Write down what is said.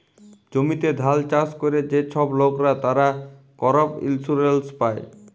জমিতে ধাল চাষ ক্যরে যে ছব লকরা, তারা করপ ইলসুরেলস পায়